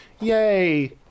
Yay